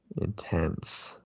intense